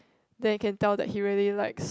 then you can tell that he really likes